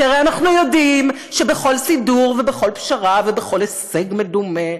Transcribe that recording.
כי הרי אנחנו יודעים שבכל סידור ובכל פשרה ובכל הישג מדומה,